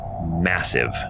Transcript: massive